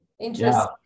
Interesting